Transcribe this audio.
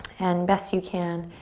and, best you can,